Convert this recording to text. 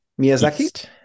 Miyazaki